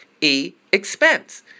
E-Expense